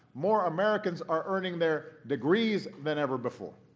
more americans are earning their degrees than ever before.